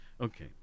Okay